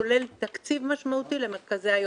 כולל תקציב משמעותי למרכזי היום.